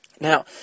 now